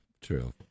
True